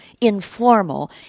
informal